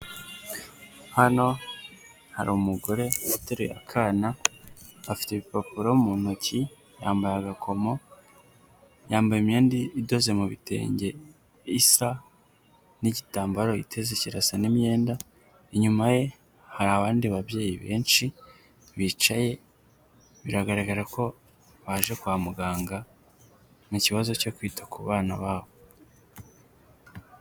Hano hari umugore uteruye akana, afite ibipapuro mu ntoki, yambaye agakomo, yambaye imyenda idoze mu bitenge isa n'igitambaro yiteze kirasa n'imyenda, inyuma ye hari abandi babyeyi benshi bicaye biragaragara ko baje kwa muganga mu kibazo cyo kwita ku bana babo.